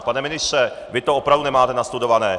Pane ministře, vy to opravdu nemáte nastudované.